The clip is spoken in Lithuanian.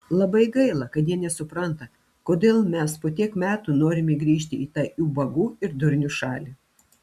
labai gaila kad jie nesupranta kodėl mes po tiek metų norime grįžti į tą ubagų ir durnių šalį